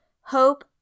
Hope